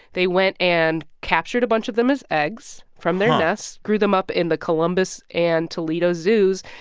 they went and captured a bunch of them as eggs from their nests, grew them up in the columbus and toledo zoos.